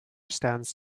stands